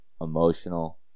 emotional